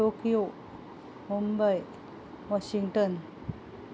Tokyo Mumbai Washington